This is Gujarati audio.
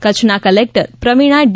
કચ્છના કલેકટર પ્રવિણા ડી